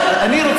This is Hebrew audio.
אני,